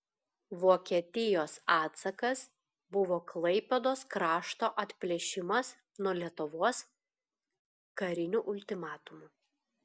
vokietijos atsakas buvo klaipėdos krašto atplėšimas nuo lietuvos kariniu ultimatumu